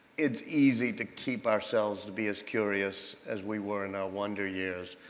it's easy to keep ourselves to be as curious as we were in our wonder years.